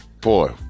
Boy